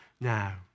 now